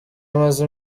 amaze